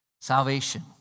Salvation